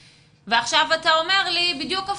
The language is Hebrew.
עכשיו אתה אומר לי בדיוק הפוך.